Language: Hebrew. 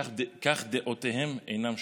כך דעותיהם אינן שוות".